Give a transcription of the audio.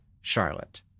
Charlotte